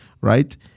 right